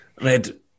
Red